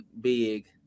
Big